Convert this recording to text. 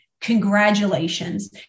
Congratulations